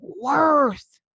worth